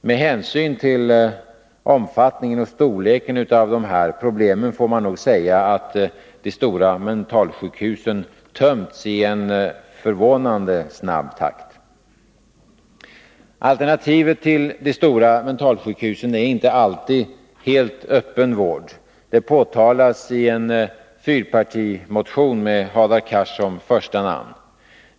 Med hänsyn till omfattningen och storleken av dessa problem får man nog säga att de stora mentalsjukhusen har tömts i en förvånansvärt snabb takt. Alternativet till de stora mentalsjukhusen är inte alltid helt öppen vård. Det påtalas i en fyrpartimotion med Hadar Cars som första namn.